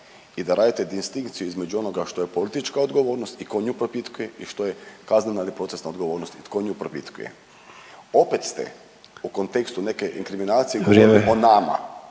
i da radite distinkciju između onoga što je politička odgovornost i tko nju propitkuje i što je kaznena ili procesna odgovornost i tko nju propitkuje. Opet ste u kontekstu neke inkriminacije … …/Upadica